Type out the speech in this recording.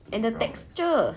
and the texture